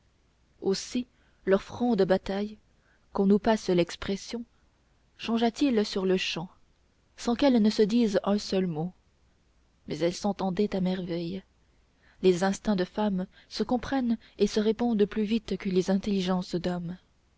aussi leur front de bataille qu'on nous passe l'expression changea t il sur-le-champ sans qu'elles se disent un seul mot mais elles s'entendaient à merveille les instincts de femmes se comprennent et se répondent plus vite que les intelligences d'hommes